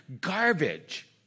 garbage